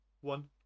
one